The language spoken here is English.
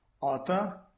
author